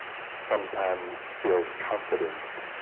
sometimes feels confident